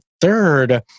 third